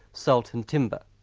salt and timber.